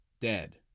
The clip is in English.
dead